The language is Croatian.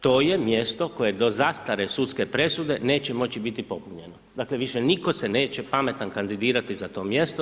To je mjesto koje do zastare sudske presude neće moći biti popunjeno, dakle, više nitko se neće pametan kandidirati za to mjesto.